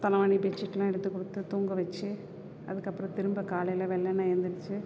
தலைவாணி bed ஷீட்டெலாம் எடுத்துக் கொடுத்து தூங்க வச்சு அதுக்கப்புறம் திரும்ப காலையில் வெல்லனே எழுந்திரிச்சு